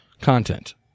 content